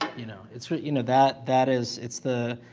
you know, it's, you know, that that is. it's the.